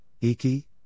Iki